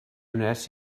wnes